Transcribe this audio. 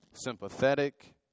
sympathetic